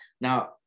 Now